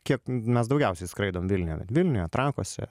kiek mes daugiausiai skraidom vilniuje vat vilniuje trakuose